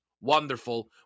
wonderful